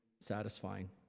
satisfying